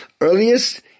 earliest